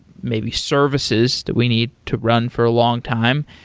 maybe services that we need to run for a longtime.